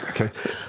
Okay